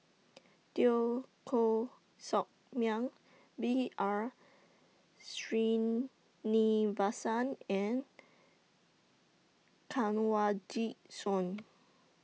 Teo Koh Sock Miang B R Sreenivasan and Kanwaljit Soin